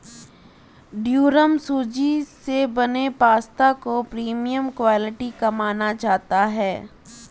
durum सूजी से बने पास्ता को प्रीमियम क्वालिटी का माना जाता है